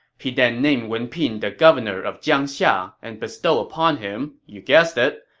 he then named wen pin the governor of jiangxia and bestowed upon him, you guessed it,